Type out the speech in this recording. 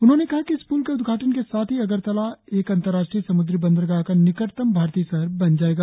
उन्होंने कहा कि इस प्ल के उद्घाटन के साथ ही अगरतला एक अंतर्राष्ट्रीय सम्द्री बंदरगाह का निकटतम भारतीय शहर बन जाएगा